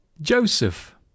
Joseph